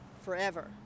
forever